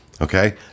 Okay